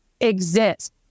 exist